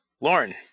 Lauren